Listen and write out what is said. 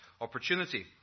opportunity